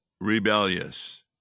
rebellious